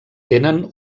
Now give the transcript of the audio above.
tenen